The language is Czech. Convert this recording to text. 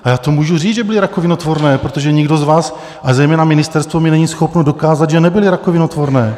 A já to můžu říct, že byly rakovinotvorné, protože nikdo z vás, a zejména ministerstvo, mi není schopno dokázat, že nebyly rakovinotvorné.